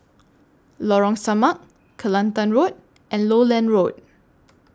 Lorong Samak Kelantan Road and Lowland Road